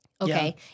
Okay